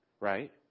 Right